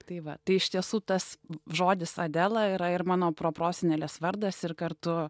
tai va tai iš tiesų tas žodis adela yra ir mano proprosenelės vardas ir kartu